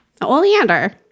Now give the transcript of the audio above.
Oleander